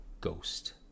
ghost